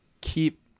keep